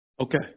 Okay